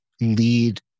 lead